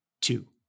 two